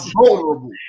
vulnerable